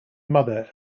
mother